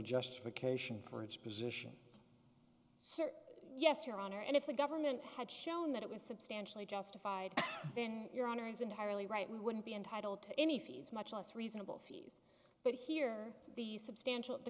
justification for its position so yes your honor and if the government had shown that it was substantially justified in your honor is entirely right we wouldn't be entitled to any fees much less reasonable fees but here the substantial the